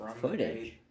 Footage